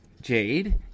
jade